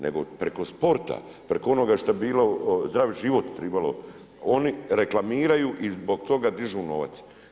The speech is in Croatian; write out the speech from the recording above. Nego preko sporta, preko onoga što bi bilo zdrav život trebalo, oni reklamiraju i zbog toga dižu novac.